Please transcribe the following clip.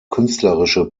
künstlerische